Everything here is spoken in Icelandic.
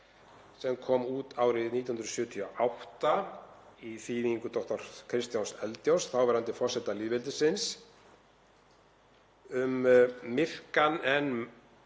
sem kom út árið 1978 í þýðingu dr. Kristjáns Eldjárns, þáverandi forseta lýðveldisins. Um myrkan en merkan